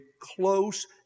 close